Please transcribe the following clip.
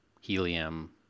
helium